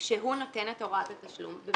כשהוא נותן את הוראת התשלום במישרין.